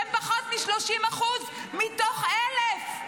שהם פחות מ-30% מתוך 1,000,